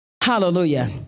Hallelujah